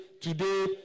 today